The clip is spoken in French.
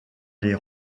les